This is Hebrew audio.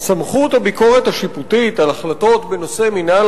סמכות הביקורת השיפוטית על החלטות בנושא מינהל